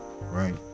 right